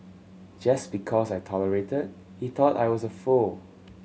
just because I tolerated he thought I was a fool